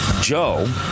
joe